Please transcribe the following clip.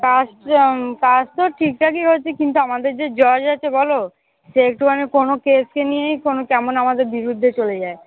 কাজ তো কাজ তো ঠিকঠাকই হচ্ছে কিন্তু আমাদের যে জজ আছে বলো সে একটু মানে কোনো কেসকে নিয়েই কোনো কেমন আমাদের বিরুদ্ধে চলে যায়